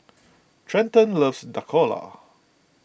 Treyton loves Dhokla